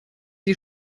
die